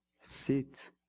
Sit